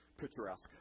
picturesque